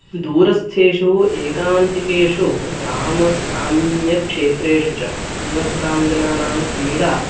दूरस्थेषु एकान्तिकेषु ग्रामेषु ग्राम्यक्षेत्रेषु च निवसतां जनानां क्रीडा